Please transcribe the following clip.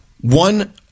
one